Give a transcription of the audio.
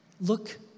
look